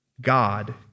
God